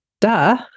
duh